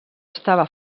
estava